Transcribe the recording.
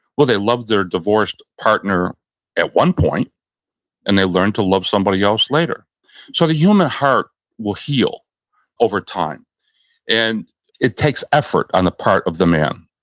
well, they loved their divorced partner at one point and they learned to love somebody else later so the human heart will heal over time and it takes effort on the part of the man.